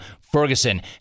Ferguson